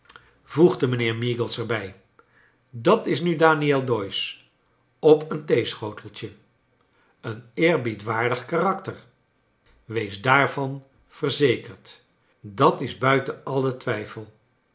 voegde mijnheer meagles er bij dat is nu daniel doyce op een theeschoteltje een eerbiedwaardig karakter wees daarvan verzekerd dat is buiten alien twijfel